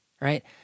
right